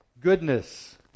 goodness